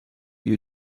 you